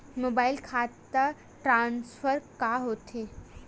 Mobile खाता transfer का होथे?